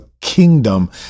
kingdom